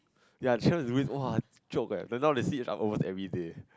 ya is really !wah! joke eh but now they see almost every day